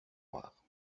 noir